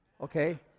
Okay